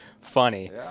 funny